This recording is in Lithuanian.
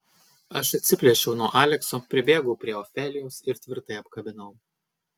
aš atsiplėšiau nuo alekso pribėgau prie ofelijos ir tvirtai apkabinau